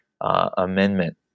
amendment